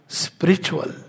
spiritual